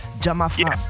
Jamafra